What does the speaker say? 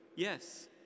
Yes